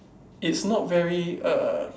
it's not very err